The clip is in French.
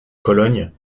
cologne